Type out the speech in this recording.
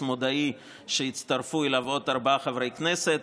מודעי שהצטרפו אליו עוד ארבעה חברי כנסת.